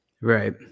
right